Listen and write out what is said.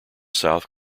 south